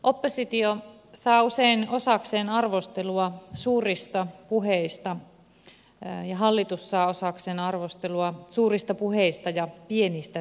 oppositio saa usein osakseen arvostelua suurista puheista ja hallitus saa osakseen arvostelua suurista puheista ja pienistä teoista